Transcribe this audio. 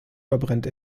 verbrennt